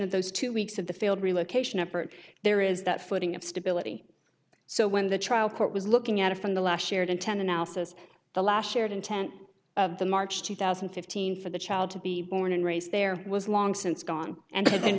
of those two weeks of the failed relocation effort there is that footing of stability so when the child court was looking at it from the last year to ten analysis the last shared intent of the march two thousand and fifteen for the child to be born and raised there was long since gone and had been